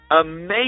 amazing